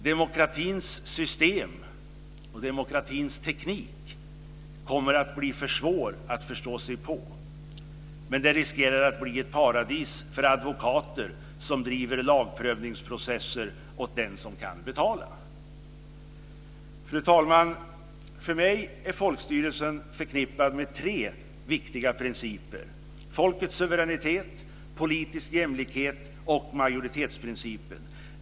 Demokratins system och teknik blir för svårt att förstå sig på, men det riskerar att bli ett paradis för advokater som driver lagprövningsprocesser åt den som kan betala! Fru talman! För mig är folkstyrelsen förknippad med tre viktiga principer: folkets suveränitet, politisk jämlikhet och majoritetsprincipen.